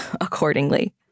accordingly